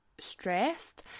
stressed